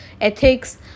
ethics